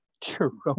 Jerome